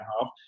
half